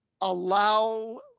allow